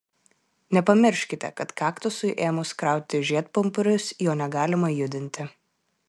nepamirškite kad kaktusui ėmus krauti žiedpumpurius jo negalima judinti